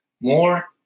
more